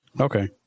Okay